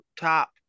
top